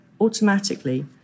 automatically